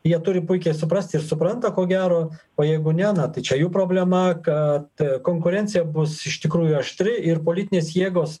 jie turi puikiai suprasti ir supranta ko gero o jeigu ne na tai čia jų problema kad konkurencija bus iš tikrųjų aštri ir politinės jėgos